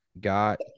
got